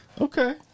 Okay